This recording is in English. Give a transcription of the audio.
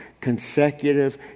consecutive